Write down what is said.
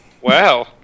Wow